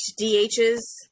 DHs